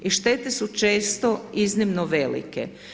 I štete su često iznimno velike.